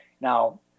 now